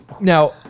now